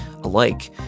alike